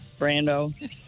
Brando